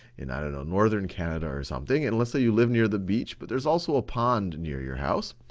in i don't know, northern canada or something, and let's say that you live near the beach, but there's also a pond near your house,